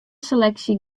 seleksje